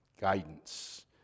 guidance